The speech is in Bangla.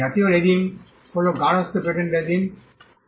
জাতীয় রেজিম হল গার্হস্থ্য পেটেন্ট রেজিম রেজিম